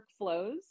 workflows